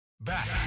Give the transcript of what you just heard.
Back